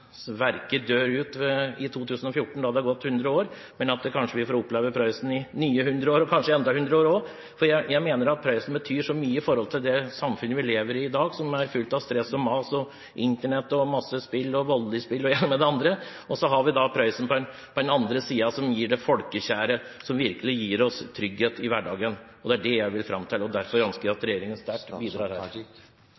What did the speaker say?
i 2014, da det har gått 100 år. Jeg håper vi får oppleve Prøysen i nye 100 år – og kanskje enda 100 år – for jeg mener at Prøysen betyr så mye for det samfunnet vi lever i i dag, som er så fullt av stress og mas, Internett og masse spill – også voldelige spill – og det ene med det andre. Så har vi Prøysen på den andre siden, som gir oss det folkekjære, det som virkelig gir oss trygghet i hverdagen. Det er det jeg vil fram til, og derfor ønsker jeg at regjeringen bidrar sterkt her. Når representanten Bredvold seier at